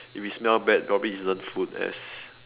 if it smell bad probably it isn't food as